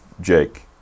Jake